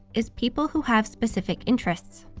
is people who have specific interests.